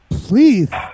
please